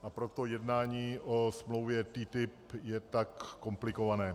A proto jednání o smlouvě TTIP je tak komplikované.